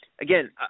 Again